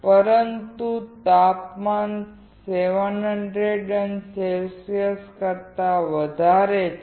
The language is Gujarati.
પરંતુ તાપમાન 700 C કરતા વધારે છે